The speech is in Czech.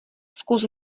zkus